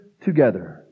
together